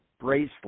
bracelet